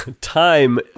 time